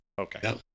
Okay